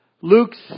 Luke's